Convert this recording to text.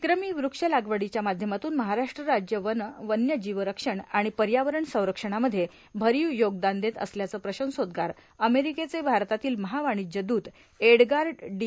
विक्रमी वृक्ष लागवडीच्या माध्यमातून महाराष्ट्र राज्य वन वन्यजीव रक्षण आणि पर्यावरण संरक्षणामध्ये भरीव योगदान देत असल्याचं प्रशंसोद्गार अमेरिकेचे भारतातील महावाणिज्य द्रत एडगार्ड डी